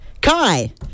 kai